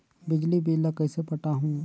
बिजली बिल ल कइसे पटाहूं?